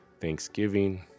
Thanksgiving